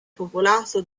popolato